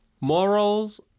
morals